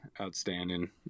outstanding